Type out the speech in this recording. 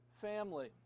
family